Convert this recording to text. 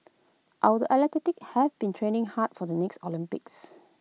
our the have been training hard for the next Olympics